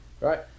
Right